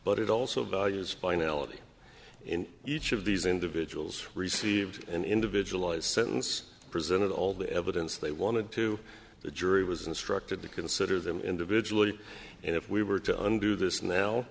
but it also values finality in each of these individuals received an individualized sentence presented all the evidence they wanted to the jury was instructed to consider them individually and if we were to undo this now